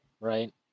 right